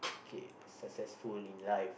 okay successful in life